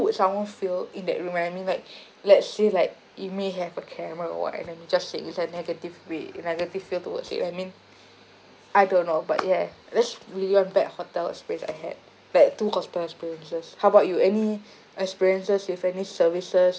would someone feel in that room you know what I mean like let's say like it may have a camera or what I mean just saying it's a negative way a negative feel towards you know what I mean I don't know but ya that's really one bad hotel experience I had bad two hotel experiences how about you any experiences with any services